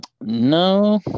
No